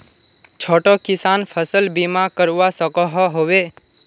छोटो किसान फसल बीमा करवा सकोहो होबे?